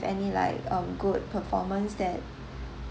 any like um good performance that